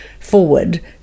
forward